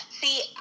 See